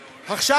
עכשיו,